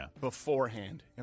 beforehand